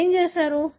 మీరు ఏమి చేసారు